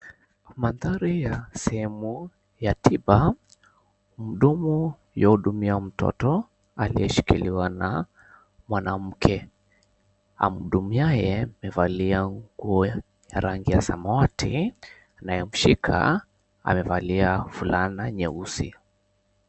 Mandhari ya sehemu ya tiba. Mhudumu yuwahudumia mtoto aliyeshikiliwa na mwanamke. Amhudumiaye amevelia nguo ya rangi ya samawati anayemshika amevalia fulana nyeusi.